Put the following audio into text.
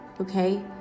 okay